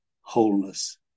wholeness